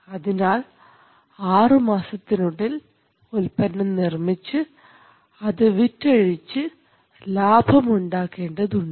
അതിനാൽ ആറുമാസത്തിനുള്ളിൽ ഉൽപ്പന്നം നിർമ്മിച്ച് അത് വിറ്റഴിച്ച് ലാഭം ഉണ്ടാകേണ്ടതുണ്ട്